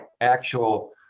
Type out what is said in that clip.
actual